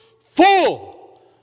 full